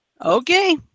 Okay